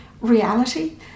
reality